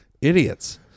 idiots